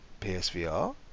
PSVR